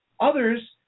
others